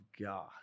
God